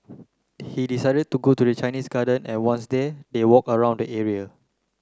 he decided to go to the Chinese Garden and once there they walked around the area